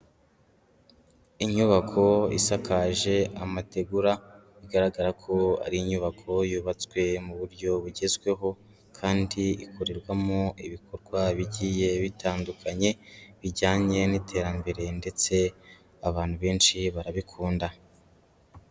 Inyubako isakaje amategura, bigaragara ko ari inyubako yubatswe mu buryo bugezweho kandi ikorerwamo ibikorwa bigiye bitandukanye, bijyanye n'iterambere ndetse abantu benshi barabikunda.